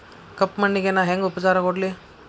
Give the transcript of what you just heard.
ಕಪ್ಪ ಮಣ್ಣಿಗ ನಾ ಹೆಂಗ್ ಉಪಚಾರ ಕೊಡ್ಲಿ?